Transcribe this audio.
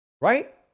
Right